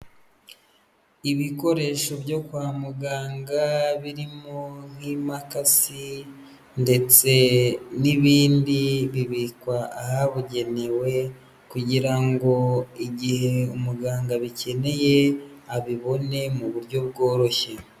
Ibikoresho byo kwa muganga birimo nk'impakasi ndetse n'bindi, bibikwa ahabugenewe kugira ngo igihe umuganga abikeneye abibone mu buryo bworoshye.